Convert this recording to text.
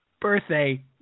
birthday